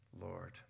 Lord